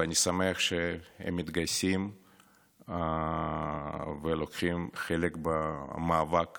ואני שמח שהם מתגייסים ולוקחים חלק במאבק